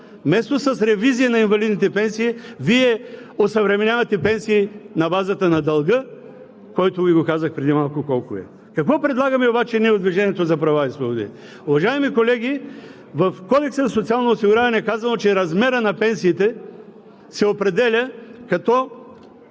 Вместо с ревизия на инвалидните пенсии, Вие осъвременявате пенсии на базата на дълга, който Ви го казах преди малко, колко е. Какво предлагаме обаче ние от „Движението за права и свободи“? Уважаеми колеги, в Кодекса за социално осигуряване е казано, че размерът на пенсиите се определя, като